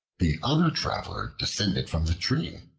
the other traveler descended from the tree,